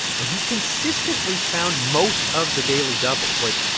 and he consistently found most of the daily doubles, like,